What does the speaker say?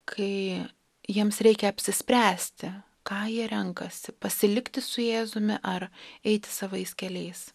kai jiems reikia apsispręsti ką jie renkasi pasilikti su jėzumi ar eiti savais keliais